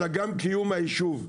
אלא גם קיום היישוב.